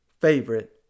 favorite